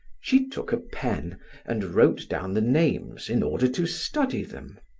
she took a pen and wrote down the names in order to study them.